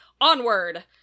onward